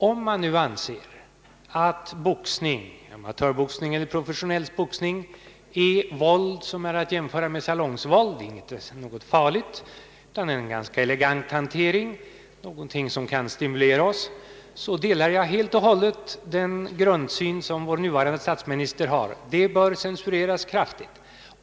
Om man nu anser att amatörboxning och professionell boxning är våld, som är att jämföra med salongsvåld — det är inte något farligt, utan är en elegant hantering och någonting som kan stimulera oss — delar jag helt och hållet den grundsyn som vår nuvarande statsminister har. Det bör censureras kraftigt.